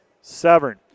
Severn